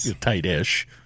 tight-ish